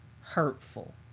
hurtful